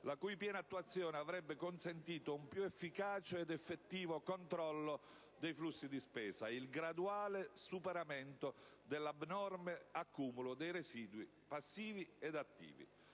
la cui piena attuazione avrebbe consentito un più efficace ed effettivo controllo dei flussi di spesa e il graduale superamento dell'abnorme accumulo di residui passivi ed attivi.